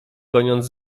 goniąc